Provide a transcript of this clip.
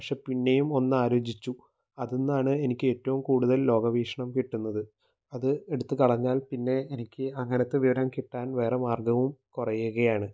പക്ഷെ പിന്നെയും ഒന്നാലോചിച്ചു അതിൽ നിന്നാണ് എനിക്ക് ഏറ്റവും കൂടുതൽ ലോകവീക്ഷണം കിട്ടുന്നത് അത് എടുത്തു കളഞ്ഞാൽ പിന്നെ എനിക്ക് അങ്ങനത്തെ വിവരം കിട്ടാൻ വേറെ മാർഗ്ഗവും കുറയുകയാണ്